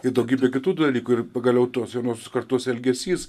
tai daugybė kitų dalykų ir pagaliau tos jaunosios kartos elgesys